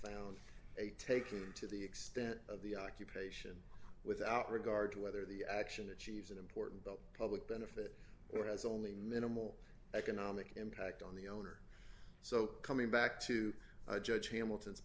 found a taking to the extent of the occupation without regard to whether the action achieves an important the public benefit or has only minimal economic impact on the owner so coming back to judge hamilton